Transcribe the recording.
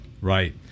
right